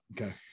Okay